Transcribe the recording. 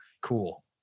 Cool